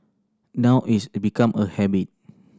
now it's become a habit